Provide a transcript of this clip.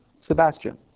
Sebastian